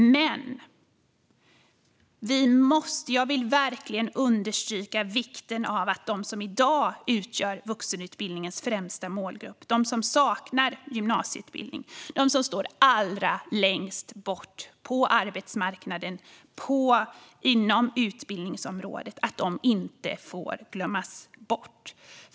Men jag vill verkligen understryka vikten av att de som i dag utgör vuxenutbildningens främsta målgrupp, de som saknar gymnasieutbildning och som står allra längst bort från arbetsmarknaden och utbildningsområdet, inte får glömmas bort.